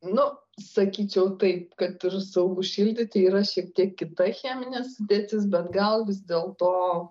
nu sakyčiau taip kad ir saugu šildyti yra šiek tiek kita cheminė sudėtis bet gal vis dėlto